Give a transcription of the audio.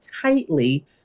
tightly